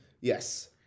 Yes